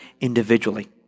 individually